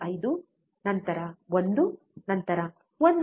5 ನಂತರ 1 ನಂತರ 1